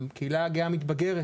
הקהילה הגאה מתבגרת